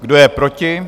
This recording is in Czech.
Kdo je proti?